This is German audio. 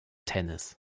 tennis